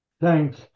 Thanks